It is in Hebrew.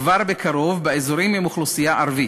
כבר בקרוב באזורים עם אוכלוסייה ערבית,